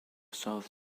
south